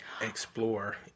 explore